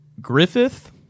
Griffith